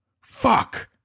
Fuck